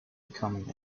becoming